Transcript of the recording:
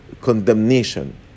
condemnation